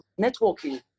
networking